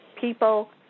people